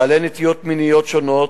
בעלי נטיות מיניות שונות,